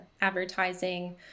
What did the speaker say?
advertising